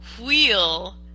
wheel